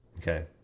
Okay